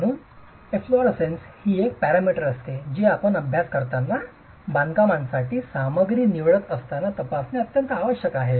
म्हणून एफलोररेसेन्स ही एक पॅरामीटर असते जी आपण अभ्यास करत असताना बांधकामासाठी सामग्री निवडत असताना तपासणे आवश्यक आहे